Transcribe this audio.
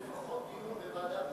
לפחות דיון בוועדה,